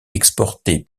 exportées